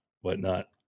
whatnot